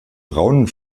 braunen